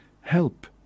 help